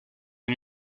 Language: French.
une